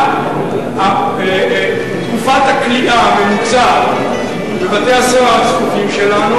תקופת הכליאה הממוצעת בבתי-הסוהר שלנו